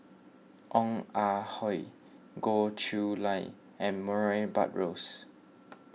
Ong Ah Hoi Goh Chiew Lye and Murray Buttrose